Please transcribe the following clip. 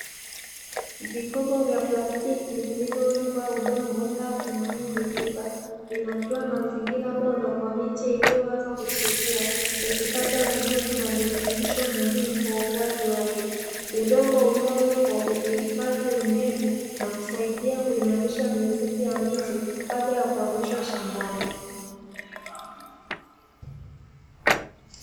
Vikopo vya plastiki vilivyowekwa udogo safi na wenye rutuba, vinatoa mazingira bora kwa miche iliyoanza kuchipua ikupata unyevu na virutubisho muhimu kwa ukuaji wake, udongo uliowekwa ukihifadhi unyevu nakusaidia kuhimarisha mizizi ya miche kabla ya kuihamisha shambani.